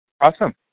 Awesome